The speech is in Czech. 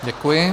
Děkuji.